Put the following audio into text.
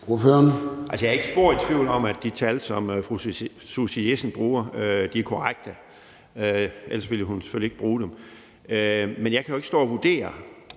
Jeg er ikke spor i tvivl om, at de tal, fru Susie Jessen bruger, er korrekte, ellers ville hun selvfølgelig ikke bruge dem. Men jeg kan jo ikke stå og vurdere,